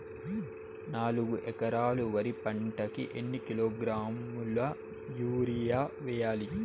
నాలుగు ఎకరాలు వరి పంటకి ఎన్ని కిలోగ్రాముల యూరియ వేయాలి?